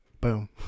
Boom